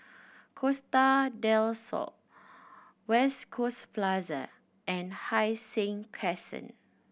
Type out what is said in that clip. Costa Del Sol West Coast Plaza and Hai Sing Crescent